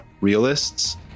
realists